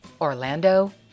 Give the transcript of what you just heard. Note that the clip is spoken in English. Orlando